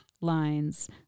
lines